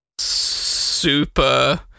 Super